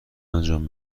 انجام